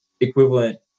equivalent